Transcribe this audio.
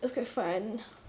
it was quite fun